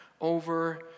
over